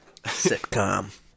Sitcom